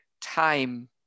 time